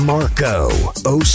Marco